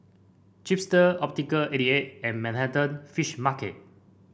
Chipster Optical eighty eight and Manhattan Fish Market